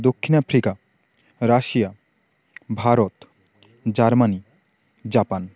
Dakshin Africa Russia Bharat Germany Japan